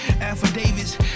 Affidavits